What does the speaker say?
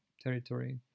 territory